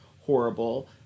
horrible